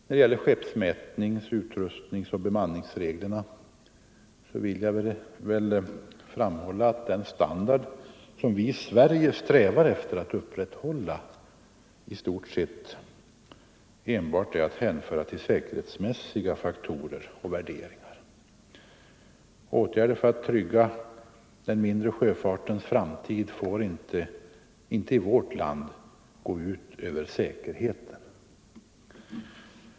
När det gäller skeppsmätnings-, utrustningsoch bemanningsreglerna vill jag framhålla att den standard som vi i Sverige strävar efter att upprätthålla i stort sett enbart har att göra med säkerhetsmässiga faktorer och värderingar. Åtgärder för att trygga den mindre sjöfartens framtid får i vårt land inte gå ut över säkerheten.